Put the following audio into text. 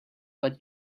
but